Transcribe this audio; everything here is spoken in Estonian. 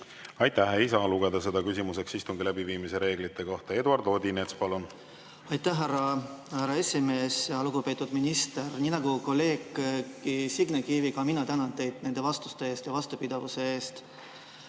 Aitäh! Ei saa lugeda seda küsimuseks istungi läbiviimise reeglite kohta. Eduard Odinets, palun! Aitäh, härra esimees! Lugupeetud minister! Nii nagu kolleeg Signe Kivi, tänan ka mina teid nende vastuste eest ja vastupidavuse eest.